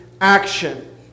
action